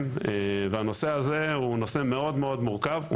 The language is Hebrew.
רבים והנושא הזה הוא מאוד-מאוד מורכב.